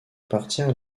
appartient